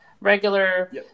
regular